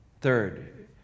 Third